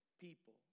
people